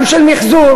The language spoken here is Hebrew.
גם של מיחזור,